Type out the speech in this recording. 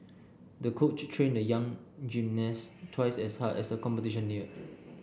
the coach trained the young gymnast twice as hard as the competition neared